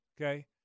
okay